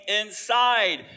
inside